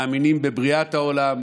מאמינים בבריאת העולם.